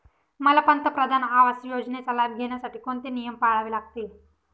मला पंतप्रधान आवास योजनेचा लाभ घेण्यासाठी कोणते नियम पाळावे लागतील?